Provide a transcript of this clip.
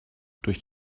durch